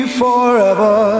forever